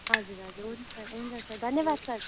हजुर हजुर सर हुन्छ हुन्छ धन्यवाद सर